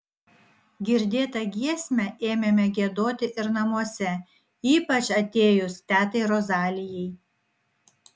girdėtą giesmę ėmėme giedoti ir namuose ypač atėjus tetai rozalijai